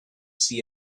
see